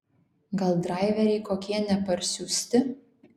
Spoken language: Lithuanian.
gal draiveriai kokie neparsiųsti